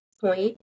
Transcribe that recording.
point